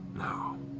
now,